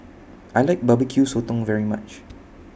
I like B B Q Sotong very much